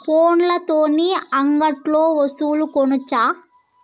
ఫోన్ల తోని అంగట్లో వస్తువులు కొనచ్చా?